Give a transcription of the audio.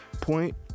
point